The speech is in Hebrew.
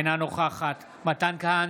אינה נוכחת מתן כהנא,